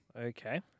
Okay